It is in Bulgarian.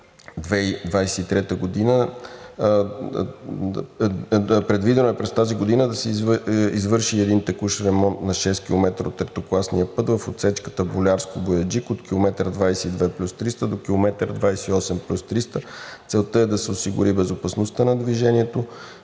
поддържане. Предвидено е през тази година да се извърши един текущ ремонт на 6 км от третокласния път в отсечката Болярско – Бояджик от км 22+300 до км 28+300. Целта е да се осигури безопасността на движението